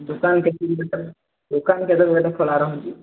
ଦୋକାନ କେତେଟାରୁ କେତେଟା ଦୋକାନ କେତେଟାରୁ କେତେଟା ଖୋଲା ରହୁଛି